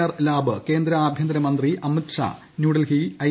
R lab കേന്ദ്ര ആഭ്യന്തര മന്ത്രി അമിത് ഷാ ന്യൂഡൽഹി ഒ്എ